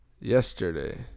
yesterday